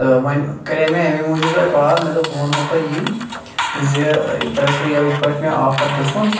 تہٕ وۄنۍ کَریاو مےٚ امے موٗجُب تۄہہِ کال مےٚ دوٚپ بہٕ وَنہو تۄہہِ یی زٕ تۄہہِ اوسو یَوٕ یِتھ پٲٹھۍ مےٚ آفَر دِژمٕژ